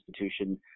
institution